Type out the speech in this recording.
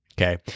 okay